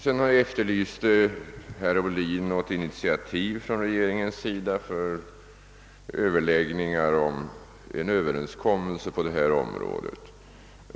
Herr Ohlin efterlyste något initiativ från regeringen för överläggningar om en överenskommelse på detta område.